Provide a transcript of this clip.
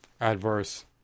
Adverse